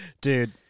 dude